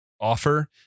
offer